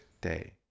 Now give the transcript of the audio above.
day